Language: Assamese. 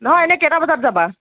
নহয় এনেই কেইটা বজাত যাবা